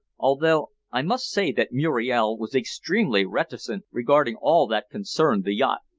although i must say that muriel was extremely reticent regarding all that concerned the yacht.